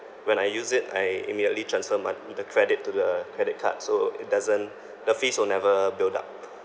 when I use it I immediately transfer mon~ the credit to the credit card so it doesn't the fees will never build up